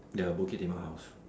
your Bukit-Timah house